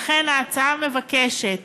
לכן ההצעה מבקשת